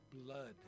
blood